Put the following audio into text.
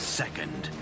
second